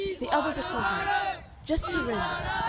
the other's a crumple-up just surrender.